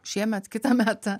šiemet kitą metą